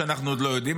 ואנחנו עוד לא יודעים,